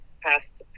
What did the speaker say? past